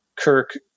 Kirk